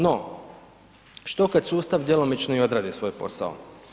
No, što kad sustav djelomično i odradi svoj posao?